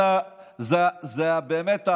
זה באמת,